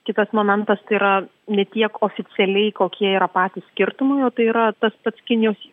kitas momentas tai yra ne tiek oficialiai kokie yra patys skirtumai o tai yra tas pats kinijos